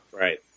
Right